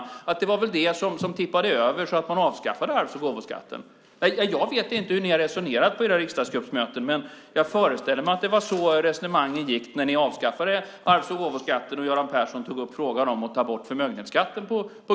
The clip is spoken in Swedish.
Det var väl det som tippade över så att man avskaffade arvs och gåvoskatten. Jag vet inte hur ni har resonerat på era riksdagsgruppsmöten, men jag föreställer mig att det var så resonemangen gick när ni avskaffade arvs och gåvoskatten och Göran Persson tog upp frågan om att ta bort förmögenhetsskatten.